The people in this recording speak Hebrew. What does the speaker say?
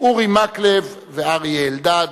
אורי מקלב ואריה אלדד.